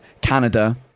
Canada